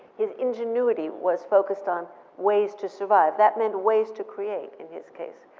his ingenuity was focused on ways to survive. that meant ways to create, in his case.